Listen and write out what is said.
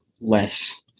less